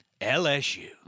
lsu